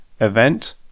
event